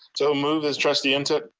so moved as trustee and so